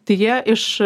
tai jie iš